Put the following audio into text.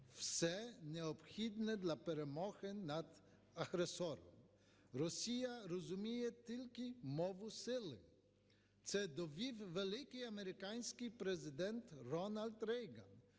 все необхідне для перемоги над агресором. Росія розуміє тільки мову сили, це довів великий американський президент Рональд Рейган,